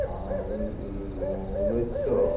ঊনৈছশ